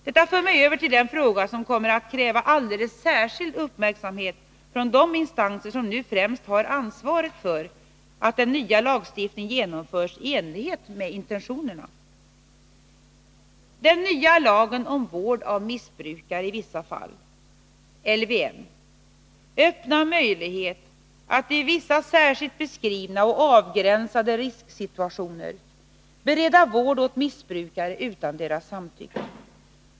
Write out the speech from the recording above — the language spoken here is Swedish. Detta för mig över till den fråga som kommer att kräva alldeles särskild uppmärksamhet från de instanser som nu främst har ansvaret för att den nya lagstiftningen genomförs i enlighet med intentionerna. Den nya lagen om vård av missbrukare i vissa fall, LVM, öppnar möjlighet att i vissa särskilt beskrivna och avgränsade risksituationer bereda vård åt missbrukare utan deras samtycke.